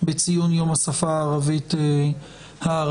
בציון יום השפה הערבית בכנסת.